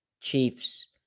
Chiefs